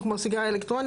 בשורה תחתונה,